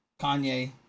Kanye